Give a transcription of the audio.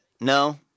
no